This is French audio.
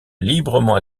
librement